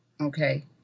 Okay